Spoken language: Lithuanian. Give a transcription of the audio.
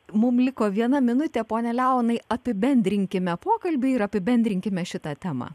mum liko viena minutė pone leonai apibendrinkime pokalbį ir apibendrinkime šitą temą